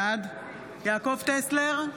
בעד יעקב טסלר,